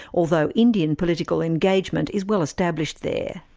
although indian political engagement is well established there.